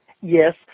Yes